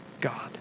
God